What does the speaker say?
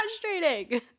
frustrating